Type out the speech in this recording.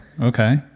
okay